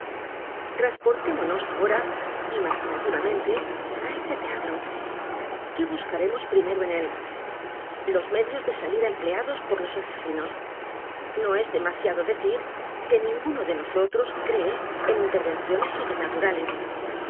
edgar poe novelas y cuentos teatro q u é buscaremos primero en él los medios de salida empleados por los asesinos no es demasiado decir que ninguno de nosotros cree en intervenciones sobrenaturales